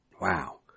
Wow